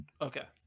Okay